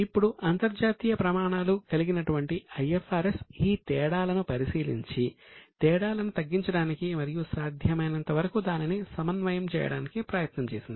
ఇప్పుడు అంతర్జాతీయ ప్రమాణాలు కలిగినటువంటి IFRS ఈ తేడాలను పరిశీలించి తేడాలను తగ్గించడానికి మరియు సాధ్యమైనంతవరకు దానిని సమన్వయం చేయడానికి ప్రయత్నం చేసింది